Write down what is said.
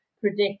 predict